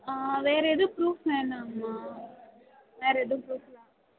ஆ வேறு எதுவும் ப்ரூஃப் வேணாங்கமா வேறு எதுவும் ப்ரூஃபெலாம்